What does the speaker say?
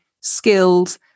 skilled